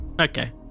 okay